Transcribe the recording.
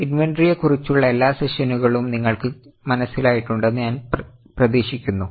ഇൻവെന്ററിയെക്കുറിച്ചുള്ള എല്ലാ സെഷനുകളും നിങ്ങൾക്ക് മനസ്സിലായിട്ടുണ്ടെന്ന് ഞാൻ പ്രതീക്ഷിക്കുന്നു